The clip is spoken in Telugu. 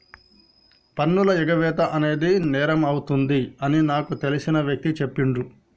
పన్నుల ఎగవేత అనేది నేరమవుతుంది అని నాకు తెలిసిన వ్యక్తి చెప్పిండు